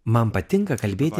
man patinka kalbėti